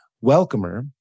welcomer